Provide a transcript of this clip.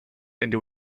into